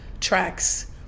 tracks